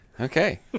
Okay